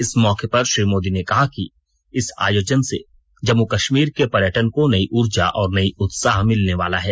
इस मौके पर श्री मोदी ने कहा कि इस आयोजन से जम्मू कश्मीर के पर्यटन को नयी उर्जा और नयी उत्साह मिलने वाला है